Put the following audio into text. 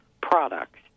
products